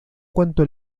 cuanto